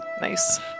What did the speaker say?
Nice